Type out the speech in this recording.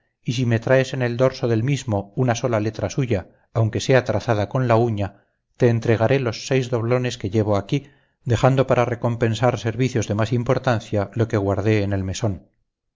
y si me traes en el dorso del mismo una sola letra suya aunque sea trazada con la uña te entregaré los seis doblones que llevo aquí dejando para recompensar servicios de más importancia lo que guardé en el mesón